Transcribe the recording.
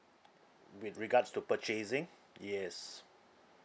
with regards to purchasing yes